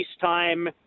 time